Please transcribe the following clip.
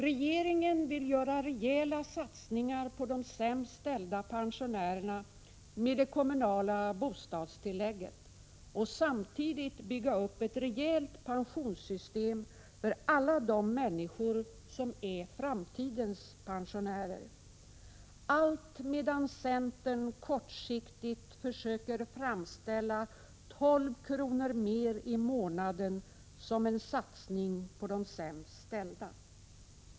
Regeringen vill göra rejäla satsningar på de sämst ställda pensionärerna med det kommunala bostadstillägget och samtidigt bygga upp ett rejält pensionssystem för alla de människor som är framtidens pensionärer, alltmedan centern, kortsiktigt, försöker framställa 12 kr. mer i månaden som en satsning på de sämst ställda.